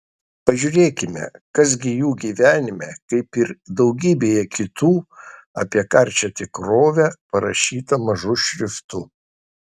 pažiūrėkime kas gi jų gyvenime kaip ir daugybėje kitų apie karčią tikrovę parašyta mažu šriftu